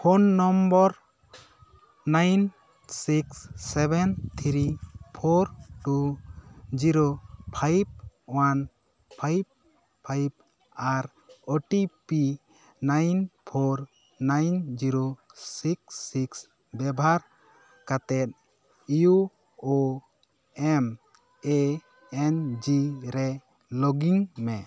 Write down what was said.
phone number nine six seven three four two zero five one five five ᱟᱨ O T P nine four nine zero six six ᱵᱮᱵᱷᱟᱨ ᱠᱟᱛᱮᱫ U O M A N G ᱨᱮ ᱞᱚᱜᱤᱱ ᱢᱮ